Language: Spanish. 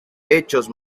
hechos